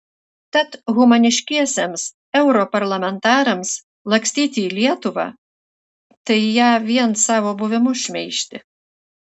tad humaniškiesiems europarlamentarams lakstyti į lietuvą tai ją vien savo buvimu šmeižti